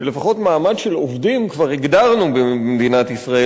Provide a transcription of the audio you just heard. שלפחות מעמד של עובדים כבר הגדרנו במדינת ישראל,